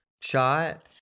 shot